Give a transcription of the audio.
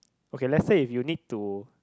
okay let's say if you need to